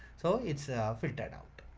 so it's filtered out.